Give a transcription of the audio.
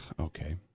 okay